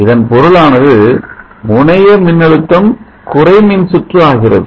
இதன் பொருளானது முனைய மின்னழுத்தம் குறை மின்சுற்று ஆகிறது